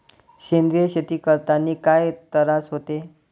सेंद्रिय शेती करतांनी काय तरास होते?